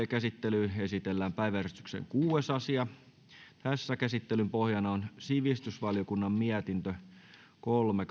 käsittelyyn esitellään päiväjärjestyksen kuudes asia käsittelyn pohjana on sivistysvaliokunnan mietintö kolme